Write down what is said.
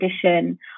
tradition